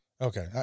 Okay